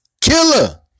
Killer